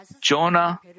Jonah